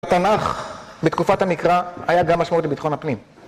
בתנ"ך בתקופת המקרא היה גם משמעות לביטחון הפנים